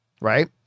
Right